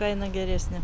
kaina geresnė